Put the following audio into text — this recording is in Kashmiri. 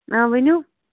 آ ؤنِو